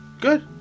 good